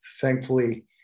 Thankfully